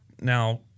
now